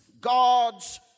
God's